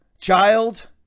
child